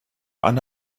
eine